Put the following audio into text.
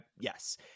yes